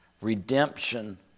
Redemption